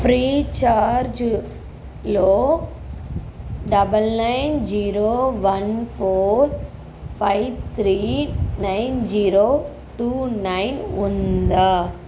ఫ్రీచార్జ్లో double nine zero one four five three nine zero two nine ఉందా